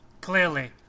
clearly